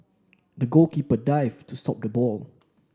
the goalkeeper dived to stop the ball